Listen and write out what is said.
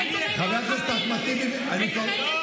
חברת הכנסת שרון ניר, בבקשה.